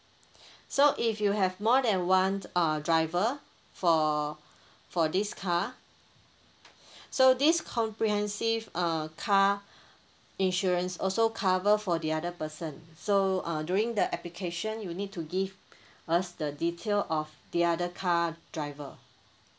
so if you have more than one uh driver for for this car so this comprehensive uh car insurance also cover for the other person so uh during the application you need to give us the detail of the other car driver